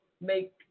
make